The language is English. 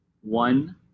one